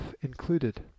included